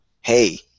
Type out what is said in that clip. hey